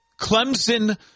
Clemson